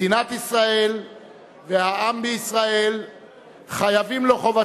מדינת ישראל והעם בישראל חייבים לו חוב עצום,